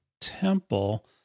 temple